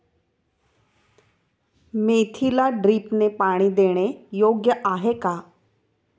मेथीला ड्रिपने पाणी देणे योग्य आहे का?